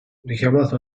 richiamato